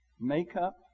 makeup